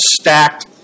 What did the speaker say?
stacked